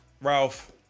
ralph